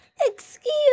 Excuse